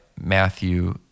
Matthew